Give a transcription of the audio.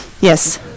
yes